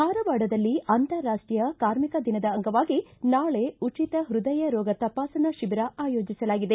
ಧಾರವಾಡದಲ್ಲಿ ಅಂತಾರಾಷ್ಟೀಯ ಕಾರ್ಮಿಕ ದಿನದ ಅಂಗವಾಗಿ ನಾಳೆ ಉಚಿತ ಹೃದಯರೋಗ ತಪಾಸಣಾ ಶಿಬಿರ ಆಯೋಜಿಸಲಾಗಿದೆ